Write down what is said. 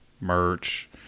merch